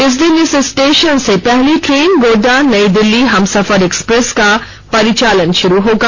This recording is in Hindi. इस दिन इस स्टेशन से पहली ट्रेन गोड्डा नयी दिल्ली हमसफर एक्सप्रेस का परिचालन शुरू होगा